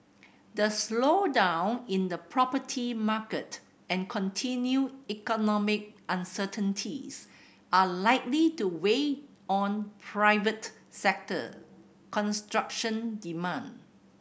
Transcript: the slowdown in the property market and continued economic uncertainties are likely to weigh on private sector construction demand